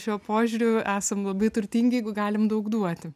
šiuo požiūriu esam labai turtingi jeigu galim daug duoti